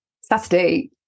saturday